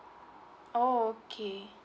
oh okay